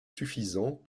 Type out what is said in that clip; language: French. suffisants